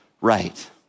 right